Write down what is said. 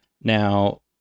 Now